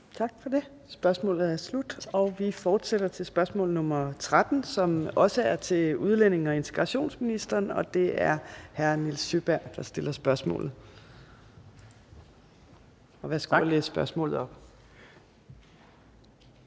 Tak for det. Spørgsmålet er slut. Vi fortsætter til spørgsmål nr. 13, som også er til udlændinge- og integrationsministeren, og det er hr. Nils Sjøberg, der stiller spørgsmålet. Kl. 14:36 Spm. nr.